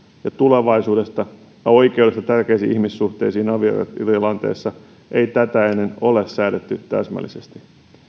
ja tulevaisuudesta ja oikeudesta tärkeisiin ihmissuhteisiin avioerotilanteessa ei tätä ennen ole säädetty täsmällisesti